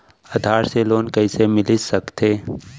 आधार से लोन कइसे मिलिस सकथे?